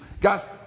Guys